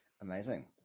Amazing